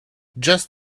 just